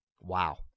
Wow